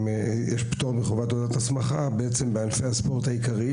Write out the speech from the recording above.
יש פטור מחובת תעודת הסמכה בענפי הספורט העיקריים